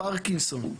פרקינסון,